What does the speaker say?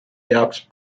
jaoks